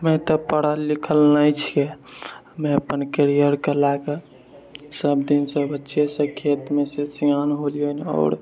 मै तऽ पढ़ल लिखल नहि छिए मै अपन कैरियरके लए के सबदिनसँ बच्चेसँ खेतमे सिआन भेलियनि आओर